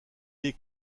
est